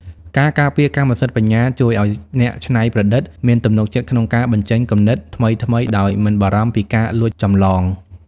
ការការពារកម្មសិទ្ធិបញ្ញាជួយឱ្យអ្នកច្នៃប្រឌិតមានទំនុកចិត្តក្នុងការបញ្ចេញគំនិតថ្មីៗដោយមិនបារម្ភពីការលួចចម្លង។